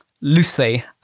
Loosely